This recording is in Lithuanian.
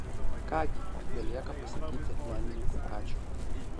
ką gi belieka pasakyti menininkui ačiū